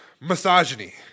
misogyny